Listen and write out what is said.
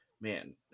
Man